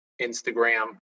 Instagram